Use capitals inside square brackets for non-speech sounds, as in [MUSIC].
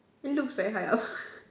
looks very high up [LAUGHS]